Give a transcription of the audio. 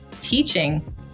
teaching